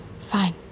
Fine